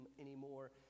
anymore